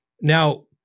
Now